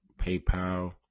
PayPal